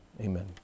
Amen